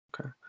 Okay